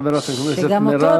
חברת הכנסת מרב,